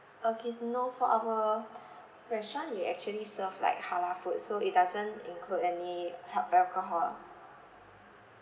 okay no for our restaurant we actually serve like halal food so it doesn't include any hal~ alcohol